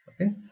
Okay